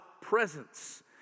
presence